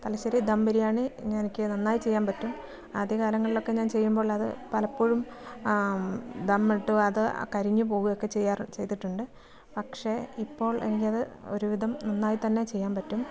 തലശ്ശേരി ദം ബിരിയാണി എനിക്ക് നന്നായി ചെയ്യാൻ പറ്റും ആദ്യ കാലങ്ങളിലൊക്കെ ഞാൻ ചെയ്യുമ്പോൾ അല്ലാതെ പലപ്പോഴും ദം ഇട്ടു അത് കരിഞ്ഞു പോവുക ഒക്കെ ചെയ്യാറ് ചെയ്തിട്ടുണ്ട് പക്ഷേ ഇപ്പോൾ എനിക്കത് ഒരുവിധം നന്നായിത്തന്നെ ചെയ്യാൻ പറ്റും